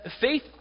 Faith